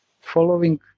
following